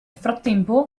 frattempo